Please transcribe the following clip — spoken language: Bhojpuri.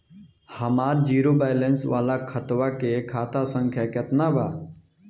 हमार जीरो बैलेंस वाला खतवा के खाता संख्या केतना बा?